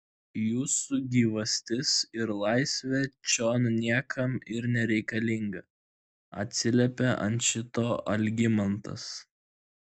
jūsų gyvastis ir laisvė čion niekam ir nereikalinga atsiliepė ant šito algimantas